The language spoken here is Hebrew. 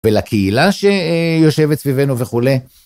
ולקהילה שיושבת סביבנו וכולי.